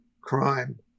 crime